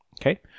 Okay